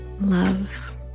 love